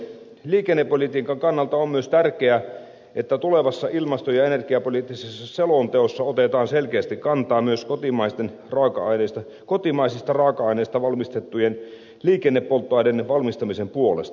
liikennepolitiikan kannalta on myös tärkeää että tulevassa ilmasto ja energiapoliittisessa selonteossa otetaan selkeästi kantaa myös kotimaisista raaka aineista valmistettujen liikennepolttoaineiden valmistamisen puolesta